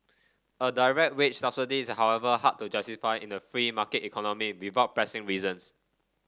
a direct wage subsidy is however hard to justify in a free market economy without pressing reasons